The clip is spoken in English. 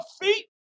feet